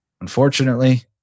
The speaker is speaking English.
Unfortunately